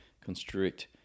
constrict